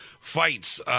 fights